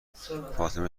فاطمه